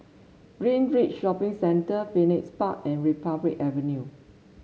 Greenridge Shopping Centre Phoenix Park and Republic Avenue